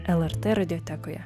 lrt radiotekoje